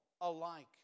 alike